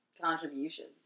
contributions